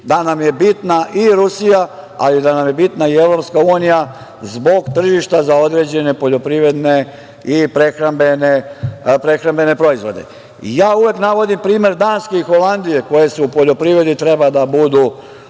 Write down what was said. da nam je bitna i Rusija, ali i da nam je bitna i EU zbog tržišta za određene poljoprivredne i prehrambene proizvode. Ja uvek navodim primer Danske i Holandije, koje u poljoprivredi treba da budu